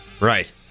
Right